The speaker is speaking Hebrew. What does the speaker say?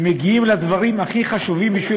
והם מגיעים לדברים הכי חשובים בשביל